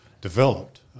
developed